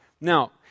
Now